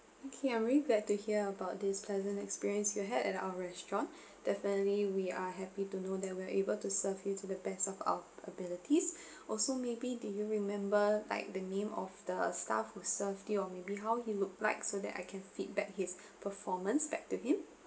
okay I'm really glad to hear about this pleasant experience you had at our restaurant definitely we are happy to know that we are able to serve you to the best of our abilities also maybe do you remember like the name of the staff who serve you or maybe how he look like so that I can feedback his performance back to him